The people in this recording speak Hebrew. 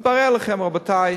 התברר לכם, רבותי,